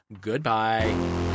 Goodbye